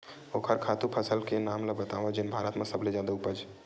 ओखर खातु फसल के नाम ला बतावव जेन भारत मा सबले जादा उपज?